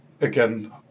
Again